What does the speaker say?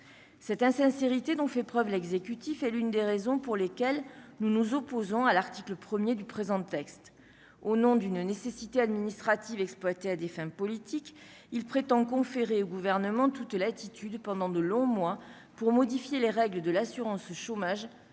cette insincérité dont fait preuve l'exécutif est l'une des raisons pour lesquelles nous nous opposons à l'article 1er du présent texte au nom d'une nécessité administrative exploité à des fins politiques, il prétend conférer au gouvernement toute latitude pendant de longs mois pour modifier les règles de l'assurance chômage,